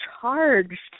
charged